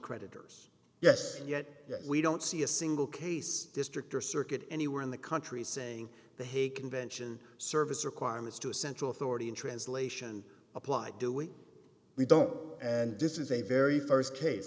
creditors yes and yet we don't see a single case district or circuit anywhere in the country saying the hague convention service requirements to a central authority in translation apply do it we don't and this is a very st cas